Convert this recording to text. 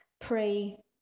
pray